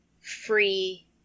free